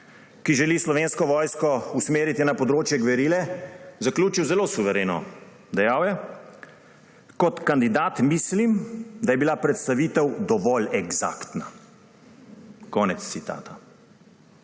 ki želi Slovensko vojsko usmeriti na področje gverile, zaključil zelo suvereno. Dejal je: »Kot kandidat mislim, da je bila predstavitev dovolj eksaktna.« Konec citata.